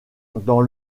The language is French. dans